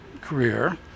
career